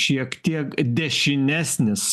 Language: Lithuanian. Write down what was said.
šiek tiek dešinesnis